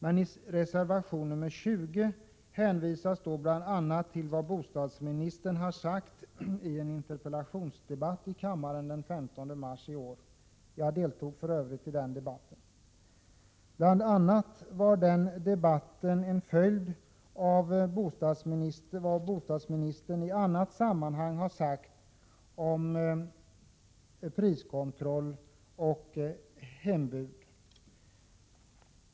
Men i reservation 20 hänvisas bl.a. till vad bostadsministern har sagt i en interpellationsdebatt i kammaren den 15 marsi år. Jag deltog för övrigt i den debatten. Bl. a. var den följd av vad bostadsministern i annat sammanhang har sagt om priskontroll och hembud.